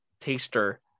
taster